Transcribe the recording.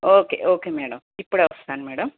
okay okay madam ఇప్పుడే వస్తాను madam